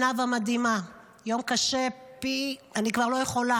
עינב המדהימה, יום קשה פי, אני כבר לא יכולה